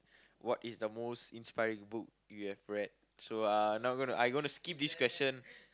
what is the most inspiring book you have read so uh now gonna I gonna skip this question